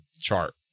chart